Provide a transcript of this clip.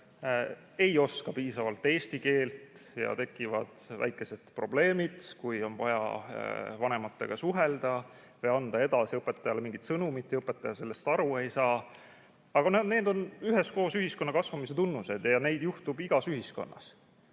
ei oska piisavalt eesti keelt ja tekivad väikesed probleemid, kui on vaja vanematega suhelda või anda edasi õpetajale mingit sõnumit ja õpetaja sellest aru ei saa, aga need on ühiskonna üheskoos kasvamise tunnused. Neid juhtub igas ühiskonnas